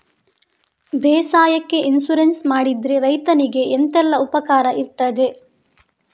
ಬೇಸಾಯಕ್ಕೆ ಇನ್ಸೂರೆನ್ಸ್ ಮಾಡಿದ್ರೆ ರೈತನಿಗೆ ಎಂತೆಲ್ಲ ಉಪಕಾರ ಇರ್ತದೆ?